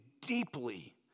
deeply